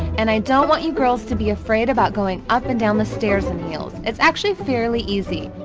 and i don't want you girls, to be afraid about going up and down the stairs in heels. it's actually fairly easy.